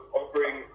offering